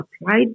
applied